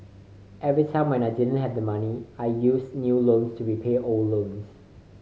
every time when I didn't have the money I used new loans to repay old loans